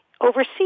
overseas